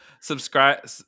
Subscribe